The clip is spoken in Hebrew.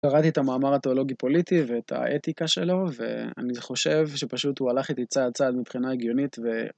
קראתי את המאמר התיאולוגי פוליטי ואת האתיקה שלו, ואני חושב שפשוט הוא הלך איתי צד הצד מבחינה הגיונית ו...